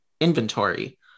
inventory